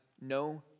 no